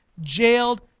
jailed